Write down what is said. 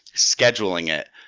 scheduling it,